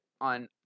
on